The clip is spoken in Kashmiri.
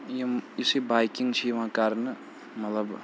یِم یُس یہِ بایکِنٛگ چھِ یِوان کَرنہٕ مطلب